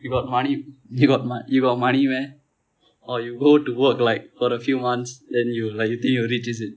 you got money you got mo~ you got money meh or you go to work like for a few months then you like you think you rich is it